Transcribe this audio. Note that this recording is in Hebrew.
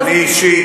אני אישית,